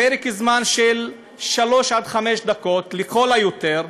לפרק זמן של שלוש עד חמש דקות לכל היותר.